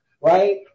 right